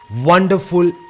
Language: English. Wonderful